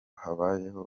habayeho